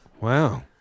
wow